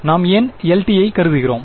நாம் ஏன் LIT ஐ கருதுகிறோம்